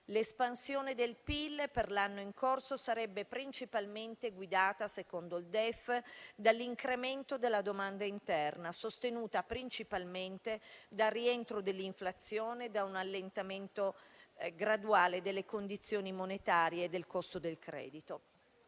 L'espansione del PIL per l'anno in corso sarebbe principalmente guidata, secondo il DEF, dall'incremento della domanda interna, sostenuta principalmente dal rientro dell'inflazione e da un allentamento graduale delle condizioni monetarie e del costo del credito.